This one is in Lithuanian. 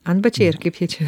antbačiai ar kaip jie čia